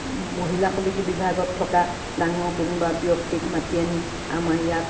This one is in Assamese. মহিলা সমিতি বিভাগত থকা ডাঙৰ কোনোবা ব্যক্তিক মাতি আনি আমাৰ ইয়াত